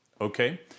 Okay